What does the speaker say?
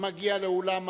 המגיע לאולם המליאה.